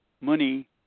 money